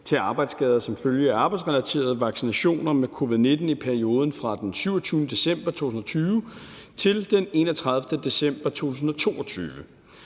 til arbejdsskader som følge af arbejdsrelaterede vaccinationer mod covid-19 i perioden fra den 27. december 2020 til den 31. december 2022.